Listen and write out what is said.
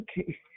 Okay